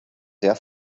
sehr